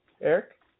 Eric